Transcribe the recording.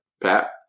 Pat